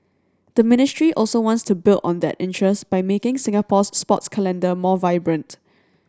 the ministry also wants to build on that interest by making Singapore's sports calendar more vibrant